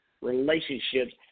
relationships